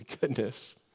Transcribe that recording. goodness